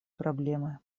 проблемы